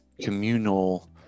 communal